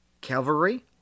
Calvary